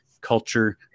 culture